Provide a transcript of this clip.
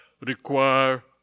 require